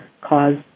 cause